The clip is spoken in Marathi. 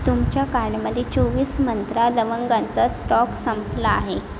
तुमच्या कार्डमध्ये चोवीस मंत्रा लवंगांचा स्टॉक संपला आहे